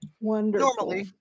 Wonderful